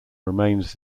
remains